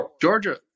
Georgia